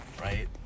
right